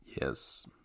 Yes